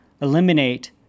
eliminate